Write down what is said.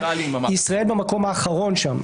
ישראל במקום האחרון שם.